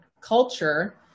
culture